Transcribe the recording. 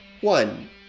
one